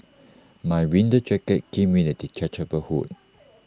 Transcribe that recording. my winter jacket came with A detachable hood